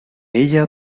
ella